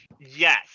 yes